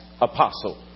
apostle